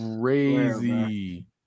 crazy